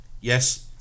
Yes